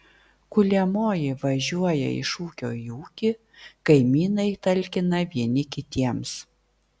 kuliamoji važiuoja iš ūkio į ūkį kaimynai talkina vieni kitiems